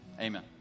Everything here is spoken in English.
amen